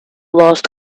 lost